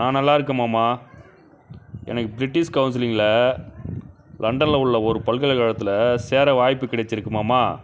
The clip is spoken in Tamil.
நான் நல்லா இருக்கேன் மாமா எனக்கு பிரிட்டிஷ் கவுன்சிலிங்கில் லண்டன் உள்ள ஒரு பல்கலைக் கழகத்தில் சேர வாய்ப்பு கிடைச்சுருக்கு மாமா